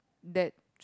that